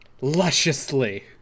lusciously